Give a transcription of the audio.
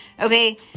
Okay